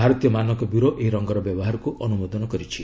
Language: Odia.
ଭାରତୀୟ ମାନକ ବ୍ୟୁରୋ ଏହି ରଙ୍ଗର ବ୍ୟବହାରକୁ ଅନୁମୋଦନ କରିଛି